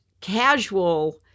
casual